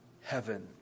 heaven